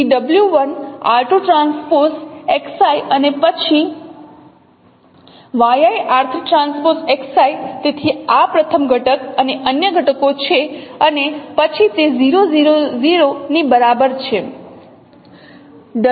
તેથી w1 r2 transpose Xi અને પછી yi r3 ટ્રાન્સપોઝ Xi તેથી આ પ્રથમ ઘટક અને અન્ય ઘટકો છે અને પછી તે 0 0 0 ની બરાબર છે